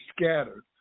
scattered